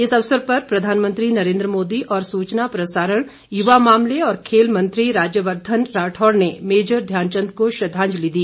इस अवसर पर प्रधानमंत्री नरेन्द्र मोदी और सूचना प्रसारण युवा मामले और खेल मंत्री राज्यवर्धन राठौड़ ने मेजर ध्यानचंद को श्रद्वांजलि दी